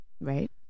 right